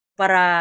para